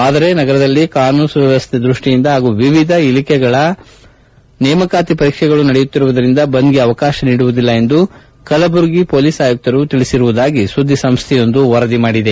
ಆದರೆ ನಗರದಲ್ಲಿ ಕಾನೂನು ಸುವ್ವವಶ್ಯ ದೃಷ್ಟಿಯಿಂದ ಹಾಗೂ ವಿವಿಧ ಇಲಾಖೆಗಳ ನೇಮಕಾತಿ ಪರೀಕ್ಷೆಗಳು ನಡೆಯುತ್ತಿರುವುದರಿಂದ ಬಂದ್ಗೆ ಅವಕಾಶ ನೀಡುವುದಿಲ್ಲ ಎಂದು ಕಲಬುರಗಿ ಪೊಲೀಸ್ ಆಯುಕ್ತರು ಹೇಳಿರುವುದಾಗಿ ಸುದ್ವಿಸಂಸ್ಥೆಯೊಂದು ವರದಿ ಮಾಡಿದೆ